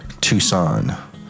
Tucson